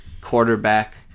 quarterback